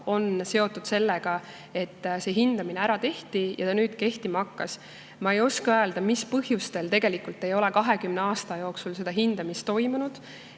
on seotud sellega, et hindamine ära tehti ja see nüüd kehtima hakkas. Ma ei oska öelda, mis põhjustel ei ole 20 aasta jooksul seda hindamist toimunud.